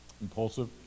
impulsive